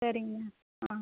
சரிங்க மேம் ஆ